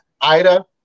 Ida